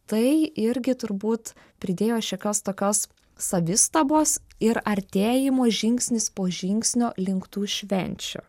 tai irgi turbūt pridėjo šiokios tokios savistabos ir artėjimo žingsnis po žingsnio link tų švenčių